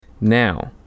now